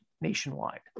nationwide